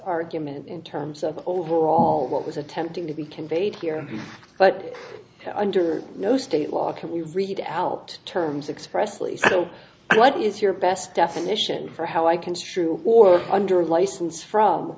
argument in terms of overall what was attempting to be conveyed here but under no state law can be read out terms express please what is your best definition for how i construe or under license from